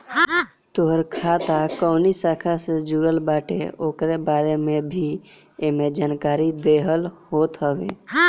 तोहार खाता कवनी शाखा से जुड़ल बाटे उकरे बारे में भी एमे जानकारी देहल होत हवे